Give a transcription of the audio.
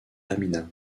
amina